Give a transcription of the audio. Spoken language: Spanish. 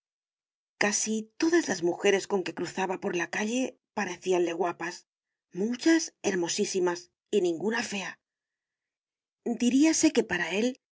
casi todas las mujeres con que cruzaba por la calle parecíanle guapas muchas hermosísimas y ninguna fea diríase que para él